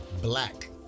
black